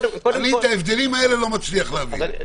לא מצליח להבין את ההבדלים.